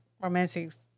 romantics